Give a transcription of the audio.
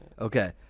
Okay